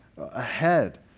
ahead